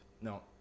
No